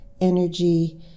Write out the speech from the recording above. energy